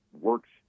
works